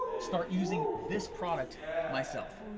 start using this product myself.